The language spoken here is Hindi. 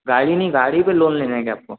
गाड़ी नहीं गाड़ी पे लोन लेना है क्या आपको